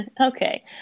Okay